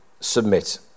submit